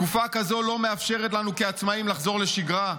תקופה כזו לא מאפשרת לנו כעצמאים לחזור לשגרה.